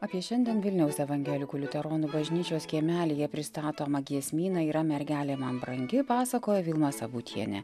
apie šiandien vilniaus evangelikų liuteronų bažnyčios kiemelyje pristatomą giesmyną yra mergelė man brangi pasakojo vilma sabutienė